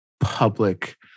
public